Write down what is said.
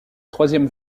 troisième